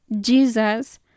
Jesus